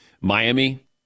Miami